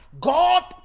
God